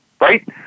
right